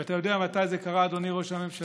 ואתה יודע מתי זה קרה, אדוני ראש הממשלה?